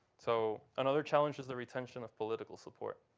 so another challenge is the retention of political support.